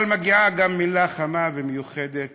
אבל מגיעה גם מילה חמה ומיוחדת